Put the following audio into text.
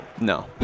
No